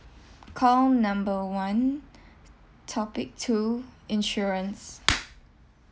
call number one topic two insurance